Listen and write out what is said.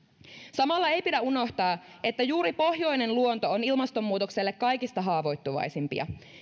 samalla ei pidä unohtaa että juuri pohjoinen luonto on ilmastonmuutokselle kaikista haavoittuvaisinta